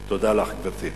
תודה לך, גברתי.